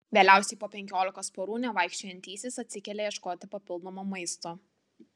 vėliausiai po penkiolikos parų nevaikščiojantysis atsikelia ieškoti papildomo maisto